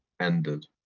ended